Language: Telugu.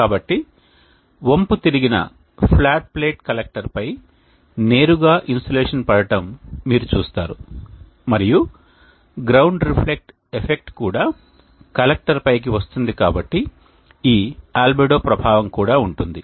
కాబట్టి వంపుతిరిగిన ఫ్లాట్ ప్లేట్ కలెక్టర్పై నేరుగా ఇన్సోలేషన్ పడటం మీరు చూస్తారు మరియు గ్రౌండ్ రిఫ్లెక్ట్ ఎఫెక్ట్ కూడా కలెక్టర్పైకి వస్తుంది కాబట్టి ఈ ఆల్బెడో ప్రభావం కూడా ఉంటుంది